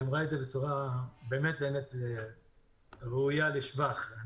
אמרה את זה בצורה באמת ראויה לשבח.